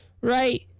right